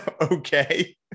okay